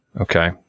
Okay